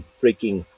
freaking